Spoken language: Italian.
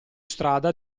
strada